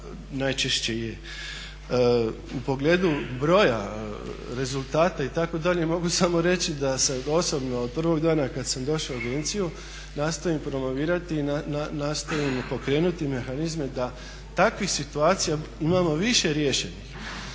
najčešće je. U pogledu broja, rezultata itd. mogu samo reći da sam osobno od prvog dana kada sam došao u agenciju nastojim promovirati i nastojim pokrenuti mehanizme da takvih situacija imamo više riješenih.